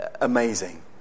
amazing